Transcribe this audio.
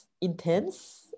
intense